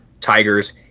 Tigers